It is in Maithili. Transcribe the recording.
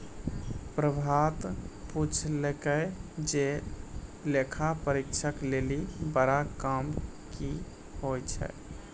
प्रभात पुछलकै जे लेखा परीक्षक लेली बड़ा काम कि होय छै?